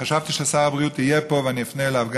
חשבתי ששר הבריאות יהיה פה ואני אפנה גם אליו,